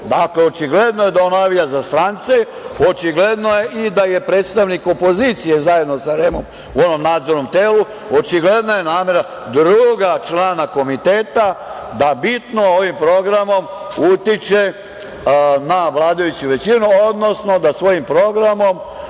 dakle, očigledno je da on navija za strance. Očigledno je i da je predstavnik opozicije zajedno sa REM-om u onom nadzornom telu. Očigledno je namera druga člana komiteta da bitno ovim programom utiče na vladajuću većinu, odnosno da svojim programom